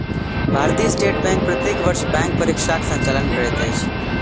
भारतीय state bank प्रत्येक वर्ष बैंक परीक्षाक संचालन करैत अछि